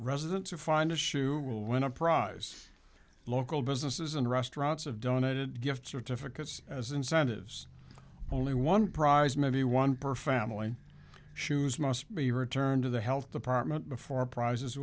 resident to find a shoe will win a prize local businesses and restaurants of donated gift certificates as incentives only one prize money one per family shoes must be returned to the health department before prizes